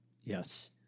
Yes